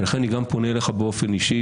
ולכן אני גם פונה אליך באופן אישי,